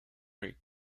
rig